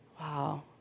Wow